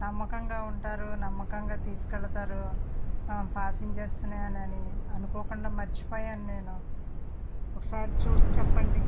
నమ్మకంగా ఉంటారు నమ్మకంగా తీసుకెళతారు ప్యాసింజర్ని అనుకోకుండా మరచిపోయాను నేను ఒకసారి చూసి చెప్పండి